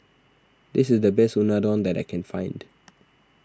this is the best Unadon that I can find